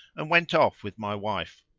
and went off with my wife.